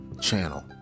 Channel